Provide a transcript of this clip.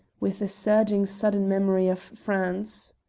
with a surging sudden memory of france.